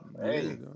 Hey